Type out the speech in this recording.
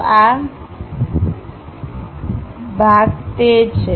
તો આ તે આ છે આ તે આ છે અને આ ભાગ તે છે